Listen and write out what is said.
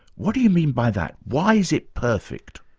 what do you mean by that? why is it perfect?